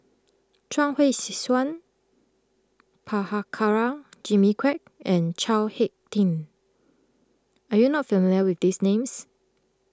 Chuang Hui Tsuan Prabhakara Jimmy Quek and Chao Hick Tin are you not familiar with these names